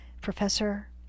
Professor